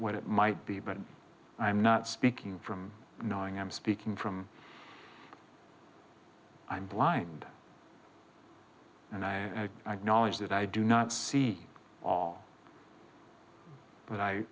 what it might be but i'm not speaking from knowing i'm speaking from i'm blind and i acknowledge that i do not see all but i